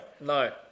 No